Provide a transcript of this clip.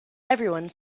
everyone